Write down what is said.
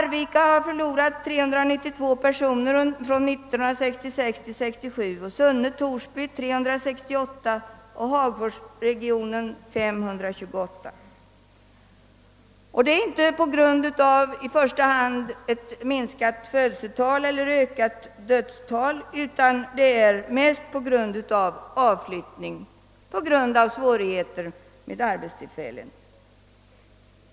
Arvika har förlorat 392 personer från 1966 till 1967, Sunne-Torsby 368 och Hagforsregionen 528 personer under samma tid. Anledningen till minskningen är inte i första hand minskade födelsetal eller ökade dödstal utan det är huvudsakligen fråga om en avflyttning på grund av svårigheter med arbetstillfällen.